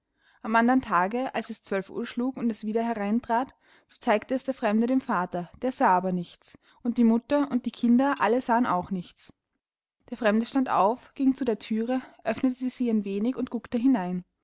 am andern tage als es zwölf uhr schlug und es wieder hereintrat so zeigte es der fremde dem vater der sah aber nichts und die mutter und die kinder alle sahen auch nichts der fremde stand auf ging zu der thüre öffnete sie ein wenig und guckte hinein